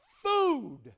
Food